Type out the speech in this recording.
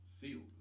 sealed